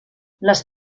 les